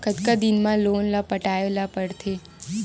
कतका दिन मा लोन ला पटाय ला पढ़ते?